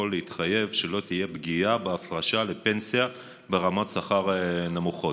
להתחייב לפרוטוקול שלא תהיה פגיעה בהפרשה לפנסיה ברמות שכר נמוכות?